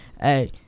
hey